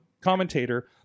commentator